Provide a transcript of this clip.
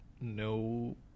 no